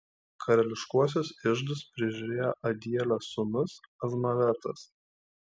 karališkuosius iždus prižiūrėjo adielio sūnus azmavetas